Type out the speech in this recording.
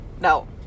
no